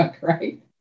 Right